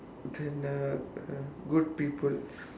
then uh what ah good people